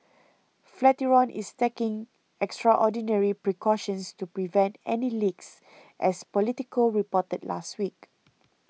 Flatiron is taking extraordinary precautions to prevent any leaks as Politico reported last week